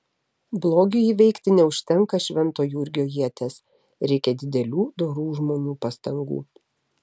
blogiui įveikti neužtenka švento jurgio ieties reikia didelių dorų žmonių pastangų